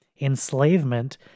enslavement